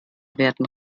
werden